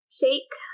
shake